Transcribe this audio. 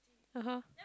ah [huh]